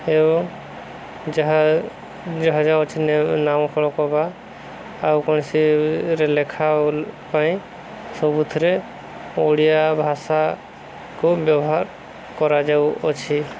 ଏବଂ ଯାହା ଯାହା ଯାହା ଅଛି ନାମ ଫଳକ ବା ଆଉ କୌଣସିରେ ଲେଖା ପାଇଁ ସବୁଥିରେ ଓଡ଼ିଆ ଭାଷାକୁ ବ୍ୟବହାର କରାଯାଉଅଛି